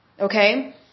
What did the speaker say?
Okay